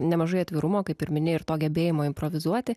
nemažai atvirumo kaip ir mini ir to gebėjimo improvizuoti